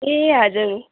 ए हजुर